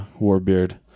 Warbeard